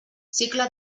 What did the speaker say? cicle